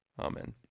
amen